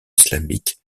islamique